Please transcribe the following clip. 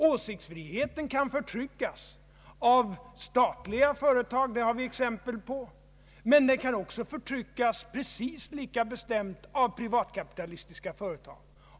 Åsiktsfriheten kan förtryckas av statliga företag — det har vi exempel på. Men den kan förtryckas precis lika bestämt av privatkapitalistiska företag.